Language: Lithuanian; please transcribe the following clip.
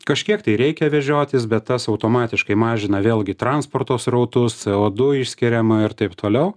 kažkiek tai reikia vežiotis bet tas automatiškai mažina vėlgi transporto srautus co du išskyrimą ir taip tioliau